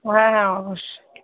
হ্যাঁ হ্যাঁ অবশ্যই